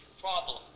problem